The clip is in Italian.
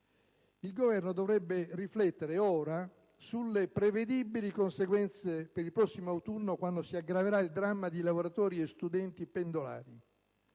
Il Governo dovrebbe riflettere ora sulle prevedibili conseguenze per il prossimo autunno, quando si aggraverà il dramma di lavoratori e studenti pendolari,